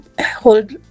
hold